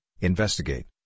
investigate